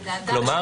כלומר,